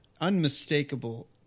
unmistakable